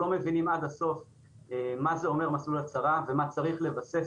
לא מבינים עד הסוף מה זה אומר מסלול הצהרה ומה צריך לבסס